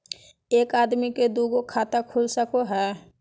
एक आदमी के दू गो खाता खुल सको है?